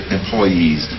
employees